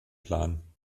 plan